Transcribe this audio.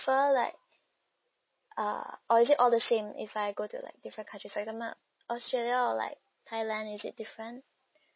differ like uh or is it all the same if I go to like different country for example australia or like thailand is it different